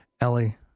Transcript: Ellie